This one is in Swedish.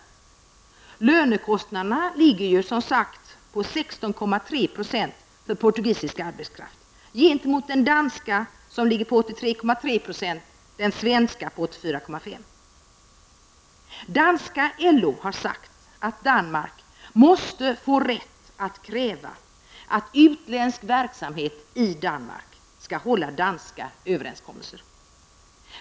Löneomkostnaderna ligger ju som sagt på 16,3 % för portugisisk arbetskraft gentemot den danska som ligger på 83,3 % eller den svenska på 84,5 %. Dansk LO har sagt att Danmark måste ha rätt att kräva att utländsk verksamhet i Danmark skall hålla danska överenskommelser.